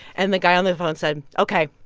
and the guy on the phone said, ok,